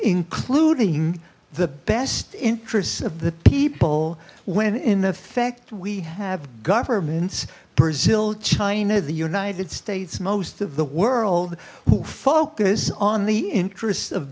including the best interests of the people when in effect we have governments brazil china the united states most of the world who focus on the interests of